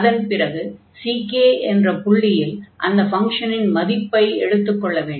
அதன் பிறகு ck என்ற புள்ளியில் அந்த ஃபங்ஷனின் மதிப்பை எடுத்துக் கொள்ள வேண்டும்